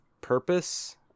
purpose